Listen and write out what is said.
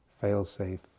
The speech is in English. fail-safe